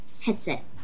headset